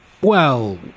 Well